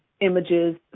images